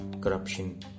corruption